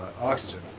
oxygen